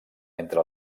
entre